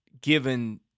given